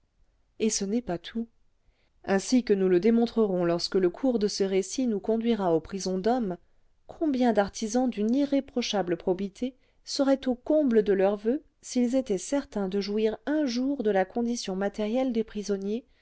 et ce n'est pas tout ainsi que nous le démontrerons lorsque le cours de ce récit nous conduira aux prisons d'hommes combien d'artisans d'une irréprochable probité seraient au comble de leurs voeux s'ils étaient certains de jouir un jour de la condition matérielle des prisonniers